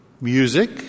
music